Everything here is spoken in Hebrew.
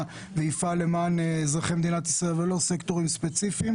ולמען אזרחי מדינת ישראל ולא סקטורים ספציפיים.